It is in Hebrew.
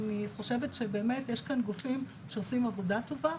אני חושבת שיש כאן גופים שעושים עבודה טובה.